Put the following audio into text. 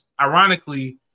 ironically